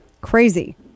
Crazy